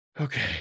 okay